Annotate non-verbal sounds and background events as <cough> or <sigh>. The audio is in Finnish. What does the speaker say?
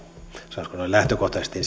sanoisiko noin lähtökohtaisesti <unintelligible>